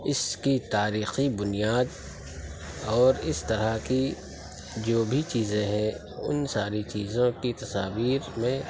اس کی تاریخی بنیاد اور اس طرح کی جو بھی چیزیں ہیں ان ساری چیزوں کی تصاویر میں